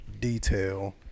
detail